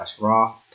raw